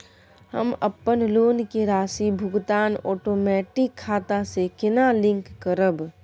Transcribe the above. हम अपन लोन के राशि भुगतान ओटोमेटिक खाता से केना लिंक करब?